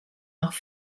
nach